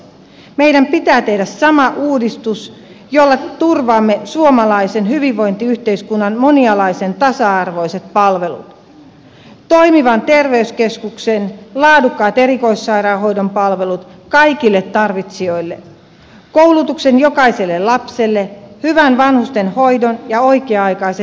meidän pitää tehdä sama uudistus jolla turvaamme suomalaisen hyvinvointiyhteiskunnan monialaisen tasa arvoiset palvelut toimivan terveyskeskuksen laadukkaat erikoissairaanhoidon palvelut kaikille tarvitsijoille koulutuksen jokaiselle lapselle hyvän vanhustenhoidon ja oikea aikaiset sosiaalipalvelut